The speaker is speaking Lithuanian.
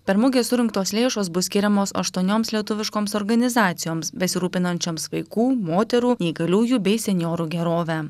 per mugę surinktos lėšos bus skiriamos aštuonioms lietuviškoms organizacijoms besirūpinančioms vaikų moterų neįgaliųjų bei senjorų gerove